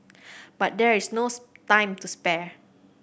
but there is no time to spare